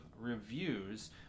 reviews